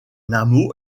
hameau